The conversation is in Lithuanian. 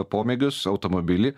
pomėgius automobilį